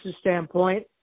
standpoint